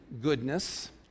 goodness